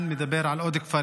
אני מדבר על עוד כפרים.